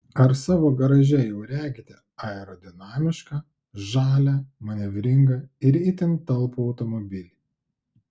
ar savo garaže jau regite aerodinamišką žalią manevringą ir itin talpų automobilį